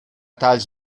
talls